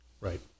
Right